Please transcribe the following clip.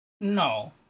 No